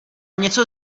něco